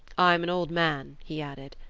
i am an old man he added,